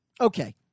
Okay